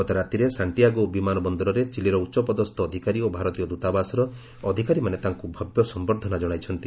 ଗତ ରାତିରେ ସାକ୍ଷିଆଗୋ ବିମାନ ବନ୍ଦରରେ ଚିଲିର ଉଚ୍ଚପଦସ୍ଥ ଅଧିକାରୀ ଓ ଭାରତୀୟ ଦ୍ରତାବାସର ଅଧିକାରୀମାନେ ତାଙ୍କୁ ଭବ୍ୟ ସମ୍ଭର୍ଦ୍ଧନା କଣାଇଛନ୍ତି